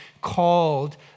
called